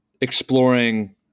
exploring